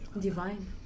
Divine